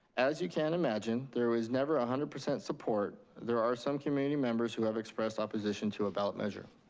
as you can imagine, there was never one ah hundred percent support. there are some community members who have expressed opposition to a ballot measure.